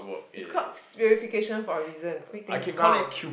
it's called spherification for a reason make things round